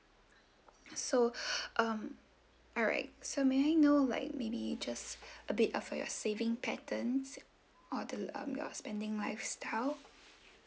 so um alright so may I know like maybe just a bit of your saving patterns or the your spending lifestyle